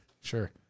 Sure